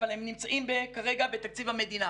אבל הם נמצאים כרגע בתקציב המדינה